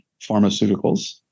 Pharmaceuticals